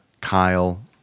Kyle